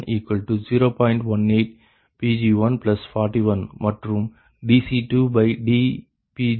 18 Pg141 மற்றும் dC2dPg20